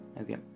okay